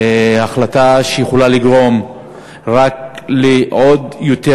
החלטה שיכולה לגרום רק לעוד יותר